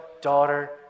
daughter